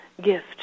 gift